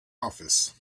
office